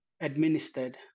administered